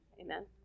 Amen